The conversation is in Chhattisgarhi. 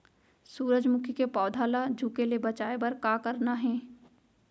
सूरजमुखी के पौधा ला झुके ले बचाए बर का करना हे?